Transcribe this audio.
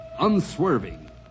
unswerving